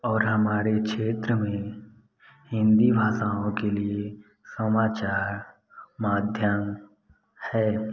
और हमारे क्षेत्र में हिन्दी भाषाओं के लिए समाचार माध्यम है